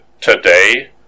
Today